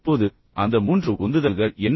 இப்போது அந்த 3 உந்துதல்கள் என்ன